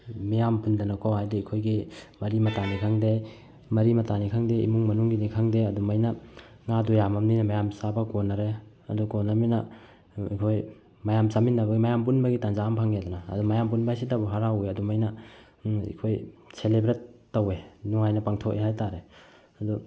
ꯃꯤꯌꯥꯝ ꯄꯨꯟꯗꯅꯀꯣ ꯍꯥꯏꯗꯤ ꯑꯩꯈꯣꯏꯒꯤ ꯃꯔꯤ ꯃꯇꯥꯅꯤ ꯈꯪꯗꯦ ꯃꯔꯤ ꯃꯇꯥꯅꯤ ꯈꯪꯗꯦ ꯏꯃꯨꯡ ꯃꯅꯨꯡꯒꯤꯅꯤ ꯈꯪꯗꯦ ꯑꯗꯨꯃꯥꯏꯅ ꯉꯥꯗꯣ ꯌꯥꯝꯃꯕꯅꯤꯅ ꯃꯌꯥꯝ ꯆꯥꯕ ꯀꯣꯟꯅꯔꯦ ꯑꯗꯨ ꯀꯣꯟꯅꯔꯕꯅꯤꯅ ꯑꯩꯈꯣꯏ ꯃꯌꯥꯝ ꯆꯥꯃꯤꯟꯅꯕ ꯃꯌꯥꯝ ꯄꯨꯟꯕꯒꯤ ꯇꯝꯖꯥ ꯑꯃ ꯐꯪꯉꯦꯗꯅ ꯑꯗꯣ ꯃꯌꯥꯝ ꯄꯨꯟꯕ ꯍꯥꯏꯁꯤꯇꯕꯨ ꯍꯔꯥꯎꯏ ꯑꯗꯨꯃꯥꯏꯅ ꯑꯩꯈꯣꯏ ꯁꯦꯂꯦꯕ꯭ꯔꯦꯠ ꯇꯧꯋꯦ ꯅꯨꯡꯉꯥꯏꯅ ꯄꯥꯡꯊꯣꯛꯑꯦ ꯍꯥꯏꯕ ꯇꯥꯔꯦ ꯑꯗꯨ